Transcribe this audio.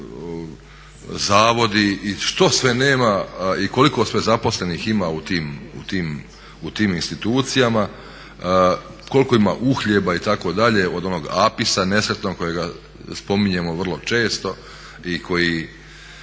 i koliko sve zaposlenih ima u tim institucijama, koliko ima uhljeba itd. od onog APIS-a nesretnog kojeg spominjemo vrlo često i koji